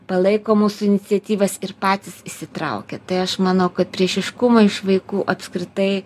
palaiko mūsų iniciatyvas ir patys įsitraukia tai aš manau kad priešiškumo iš vaikų apskritai